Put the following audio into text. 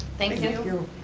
thank you.